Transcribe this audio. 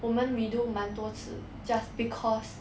我们 redo 蛮多次 just because